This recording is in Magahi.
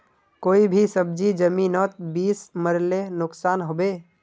कोई भी सब्जी जमिनोत बीस मरले नुकसान होबे?